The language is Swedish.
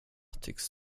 tycks